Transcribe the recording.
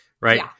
right